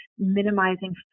minimizing